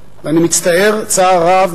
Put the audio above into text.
ואני מצטער צער רב,